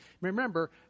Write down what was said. Remember